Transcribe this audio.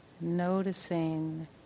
noticing